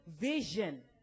vision